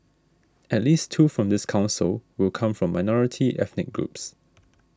at least two from this Council will come from minority ethnic groups